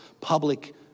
public